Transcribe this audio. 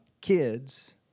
kids